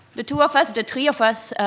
the two of us the three of us,